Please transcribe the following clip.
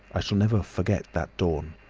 i shall never forget that dawn,